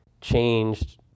changed